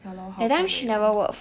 ya lor 好过没有